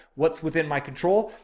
what's within my control.